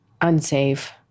unsafe